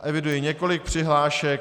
Eviduji několik přihlášek.